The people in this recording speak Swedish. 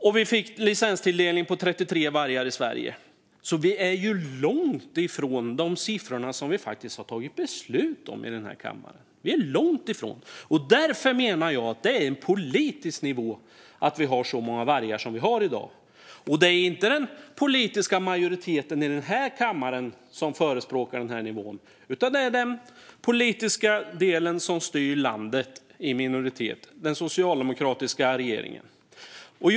Och vi fick licenstilldelning på 33 vargar i Sverige, så vi är långt ifrån de siffror som vi faktiskt har fattat beslut om i den här kammaren. Därför menar jag att det är en politisk nivå att vi har så många vargar som vi har i dag. Och det är inte den politiska majoriteten i den här kammaren som förespråkar den nivån, utan det är den politiska del som styr landet i minoritet: den socialdemokratiska regeringen. Fru talman!